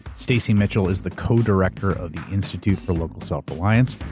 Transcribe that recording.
stacy mitchell is the co-director of the institute for local self-reliance.